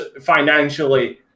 financially